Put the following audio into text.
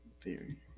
Theory